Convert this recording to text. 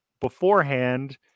beforehand